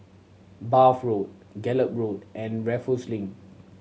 Bath Road Gallop Road and Raffles Link